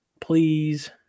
Please